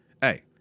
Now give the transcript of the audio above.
Hey